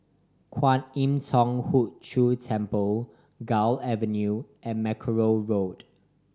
Kwan Im Thong Hood Cho Temple Gul Avenue and Mackerrow Road